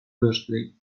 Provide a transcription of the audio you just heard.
birthday